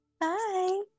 bye